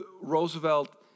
Roosevelt